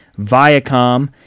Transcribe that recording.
Viacom